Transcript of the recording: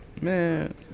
Man